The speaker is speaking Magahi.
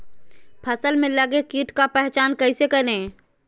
फ़सल में लगे किट का पहचान कैसे करे?